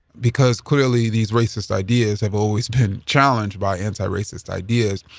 because clearly, these racist ideas have always been challenged by anti racist ideas.